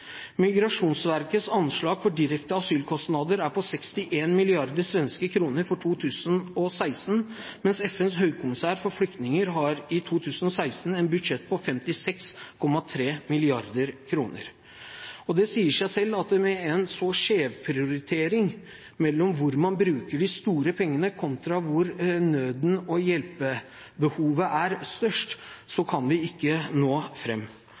Migrationsverkets anslag for direkte asylkostnader er på 61 mrd. svenske kroner for 2016, mens FNs høykommissær for flyktninger har i 2016 et budsjett på 56,3 mrd. kr. Det sier seg selv at med en så skjev prioritering med hensyn til hvor man bruker de store pengene kontra der hvor nøden og hjelpebehovet er størst, kan vi ikke nå